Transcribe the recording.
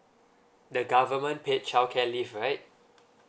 the government paid childcare leave right